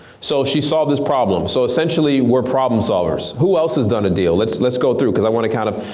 so she saw this problem. so essentially we are problem solvers. who else has done a deal? let's let's go through because i wanna kind of,